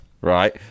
right